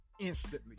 Instantly